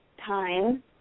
time